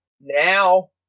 Now